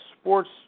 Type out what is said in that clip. sports